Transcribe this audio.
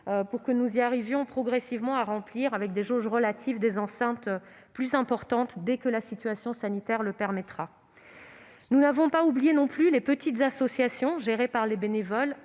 afin que nous arrivions progressivement à remplir des enceintes plus importantes dès que la situation sanitaire le permettra. Nous n'avons pas oublié les petites associations gérées par les bénévoles